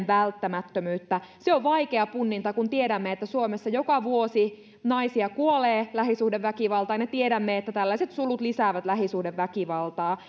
välttämättömyyttä se on vaikea punninta kun tiedämme että suomessa joka vuosi naisia kuolee lähisuhdeväkivaltaan ja tiedämme että tällaiset sulut lisäävät lähisuhdeväkivaltaa